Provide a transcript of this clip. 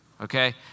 Okay